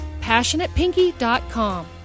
PassionatePinky.com